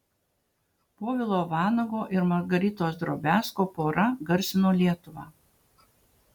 povilo vanago ir margaritos drobiazko pora garsino lietuvą